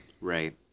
Right